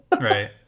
Right